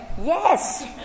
Yes